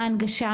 מה ההנגשה,